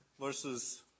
versus